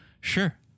Sure